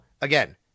again